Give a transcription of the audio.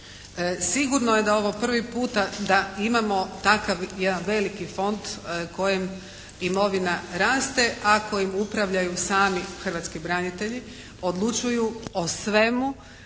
Sigurno je da je ovo prvi puta da imamo takav jedan veliki fond kojem imovina raste a kojim upravljaju sami hrvatski branitelji, odlučuju o svemu